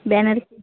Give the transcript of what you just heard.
banner